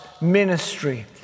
ministry